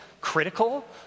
critical